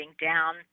down